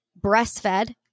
breastfed